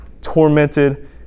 tormented